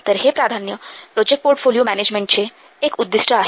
तर हे प्राधान्य प्रोजेक्ट पोर्टफोलिओ मॅनेजमेंटचे एक उद्दिष्ट आहे